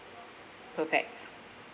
per pax